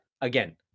again